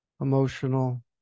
emotional